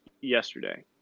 yesterday